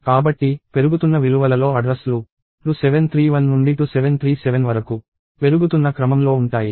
కాబట్టి పెరుగుతున్న విలువలలో అడ్రస్ లు 2731 నుండి 2737 వరకు పెరుగుతున్న క్రమంలో ఉంటాయి